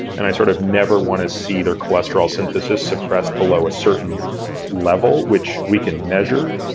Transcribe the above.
and i sort of never wanna see their cholesterol synthesis suppressed below a certain level, which we can measure,